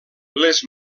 les